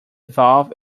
valve